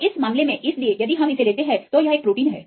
तो इस मामले में इसलिए यदि हम इसे लेते हैं तो यह एक प्रोटीन है